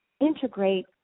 integrate